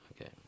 Okay